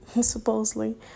supposedly